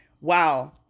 wow